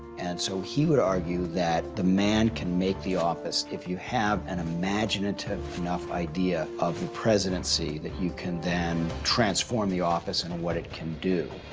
and so he would argue that the man can make the office, if you have an imaginative enough idea of the presidency, that you can then transform the office and what it can do.